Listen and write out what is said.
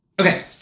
okay